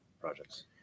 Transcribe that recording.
projects